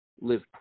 live